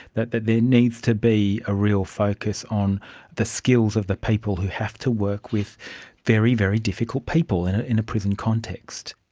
that there needs to be a real focus on the skills of the people who have to work with very, very difficult people in ah in a prison context.